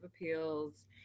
Appeals